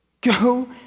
Go